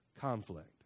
conflict